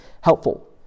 helpful